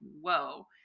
whoa